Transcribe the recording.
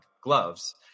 gloves